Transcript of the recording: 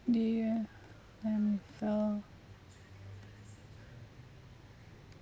do you and felt